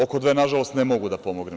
Oko dve, nažalost, ne mogu da pomognem.